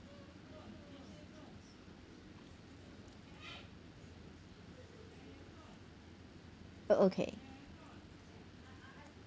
uh okay